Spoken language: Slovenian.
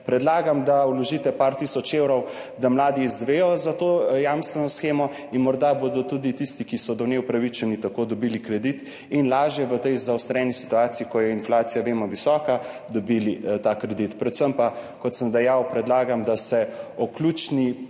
Predlagam, da vložite par tisoč evrov, da mladi izvedo za to jamstveno shemo in morda bodo tudi tisti, ki so do nje upravičeni, tako dobili kredit oziroma bodo lažje v tej zaostreni situaciji, ko vemo, da je inflacija visoka, dobili ta kredit. Predvsem pa, kot sem dejal, predlagam, da se o ključni